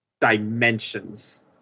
dimensions